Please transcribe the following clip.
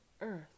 earth